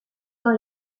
dans